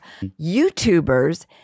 YouTubers